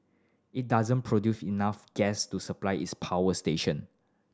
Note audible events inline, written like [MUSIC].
it doesn't [UNINTELLIGIBLE] enough gas to supply its power station